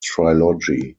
trilogy